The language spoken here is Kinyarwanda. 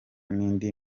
n’indi